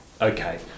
Okay